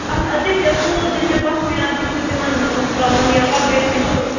آ تِم تہِ ووٗل تہِ چھِ پَشمیٖنا تہِ چھِ تِمَن اوس ترٛاوُن یہِ وَلویٹ تہِ چھُ